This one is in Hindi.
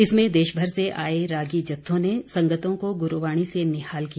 इसमें देशभर से आए रागी जत्थों ने संगतों को गुरूवाणी से निहाल किया